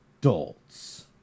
adults